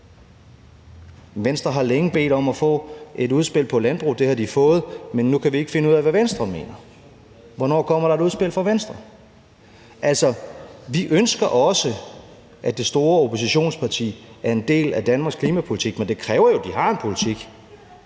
Venstre har længe bedt om at få et udspil på landbrugsområdet. Det har de fået, men nu kan vi ikke finde ud af, hvad Venstre mener. Hvornår kommer der et udspil fra Venstre? Altså, vi ønsker også, at det store oppositionsparti er en del af Danmarks klimapolitik, men det kræver jo, at de har en politik.